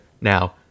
now